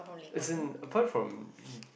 as in apart from